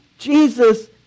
Jesus